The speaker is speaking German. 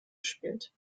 spielt